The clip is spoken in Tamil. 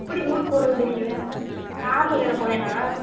எப்படி ரூட் போகிறதுன்னு தெரியலை காரில் வேறு போகிறேன் நான்